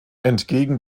entgegen